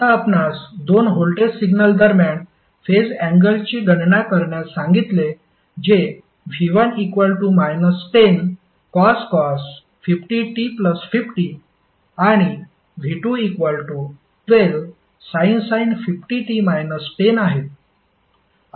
आता आपणास दोन व्होल्टेज सिग्नल दरम्यान फेज अँगलची गणना करण्यास सांगितले जे v1 10cos 50t50 आणि v212sin आहेत